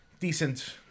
Decent